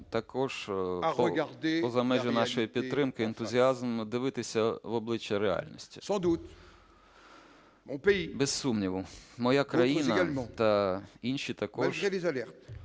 також поза межі нашої підтримки, ентузіазм дивитися в обличчя реальності. Без сумніву, моя країна та інші також,